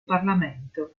parlamento